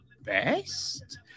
best